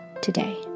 today